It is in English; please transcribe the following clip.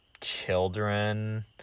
children